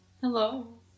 Hello